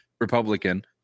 Republican